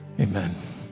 amen